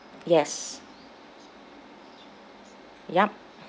yes yup